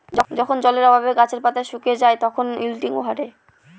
যখন জলের অভাবে গাছের পাতা গুলো শুকিয়ে যায় তখন উইল্টিং ঘটে